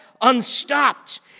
unstopped